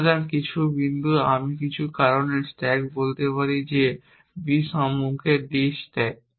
সুতরাং কিছু বিন্দু আমি কিছু কারণে স্ট্যাক বলতে পারে যে b সম্মুখের d স্ট্যাক